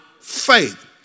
faith